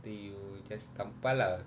you just tampal lah